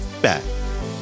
back